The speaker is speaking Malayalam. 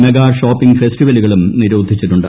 മെഗാഷോപ്പിങ്ങ് ഫെസ്റ്റിവലുകളും നിരോധിച്ചിട്ടുണ്ട്